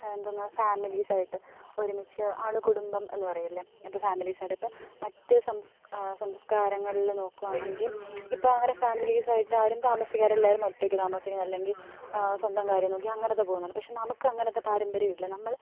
എന്തോന്നാ ഫാമിലിസായിട്ട് ഒരുമിച്ച് അണുകുടുംബം എന്ന് പറയില്ലെ ഇപ്പം ഫാമിലിസായിട്ട് ഇപ്പ മറ്റ് സംസ്കാ സംസ്കാരങ്ങളിൽ നോക്കുവാണെങ്കി ഇപ്പോ അങ്ങനെ ഫാമിലിസായിട്ട് ആരും താമസിക്കാറില്ല എല്ലാരും ഒറ്റയ്ക്ക് താമസിക്കുന്ന അല്ലെങ്കി സ്വന്തം കാര്യം നോക്കി അങ്ങനത്തെ പോകുന്നാണ് പക്ഷേ നമുക്കങ്ങനത്തെ പാരമ്പര്യവില്ല നമ്മള്